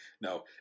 No